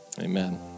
amen